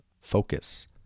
focus